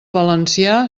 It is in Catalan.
valencià